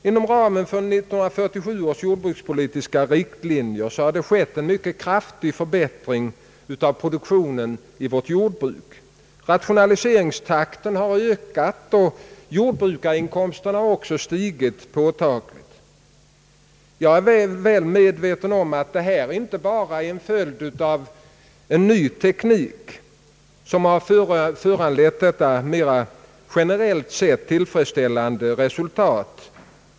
Inom ramen för 1947 års jordbrukspolitiska riktlinjer har det skett en mycket kraftig förbättring av produktionen i vårt jordbruk. Rationaliseringstakten har ökats, och jordbrukarinkomsterna har också stigit påtagligt. Jag är väl medveten om att det inte bara är en ny teknik, som givit detta generellt sätt tillfredsställande resultat.